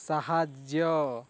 ସାହାଯ୍ୟ